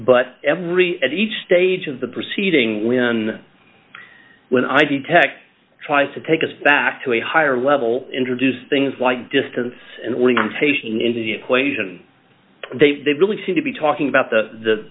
but every at each stage of the proceeding when when i detect tries to take us back to a higher level introduce things like distance and weaving patients into the equation they really seem to be talking about the